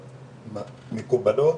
מקובלות,